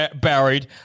buried